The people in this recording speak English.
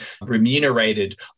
remunerated